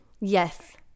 Yes